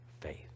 faith